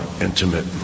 intimate